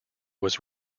was